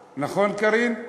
נכון, קארין?